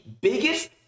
biggest